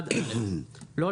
"(1)(א) לו,